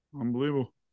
Unbelievable